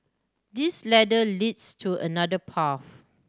this ladder leads to another path